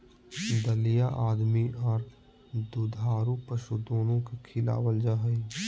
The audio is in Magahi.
दलिया आदमी आर दुधारू पशु दोनो के खिलावल जा हई,